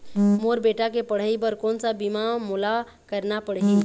मोर बेटा के पढ़ई बर कोन सा बीमा मोला करना पढ़ही?